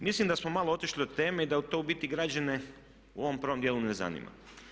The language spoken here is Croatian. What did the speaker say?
Mislim da smo malo otišli od teme i da to u biti građane u ovom prvom dijelu ne zanima.